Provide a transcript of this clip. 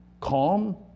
calm